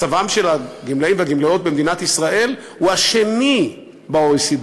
מצבם של הגמלאים והגמלאיות במדינת ישראל הוא השני ב-OECD.